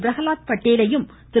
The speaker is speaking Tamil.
பிரஹ்லாத் பட்டேலையும் திரு